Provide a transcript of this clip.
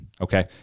okay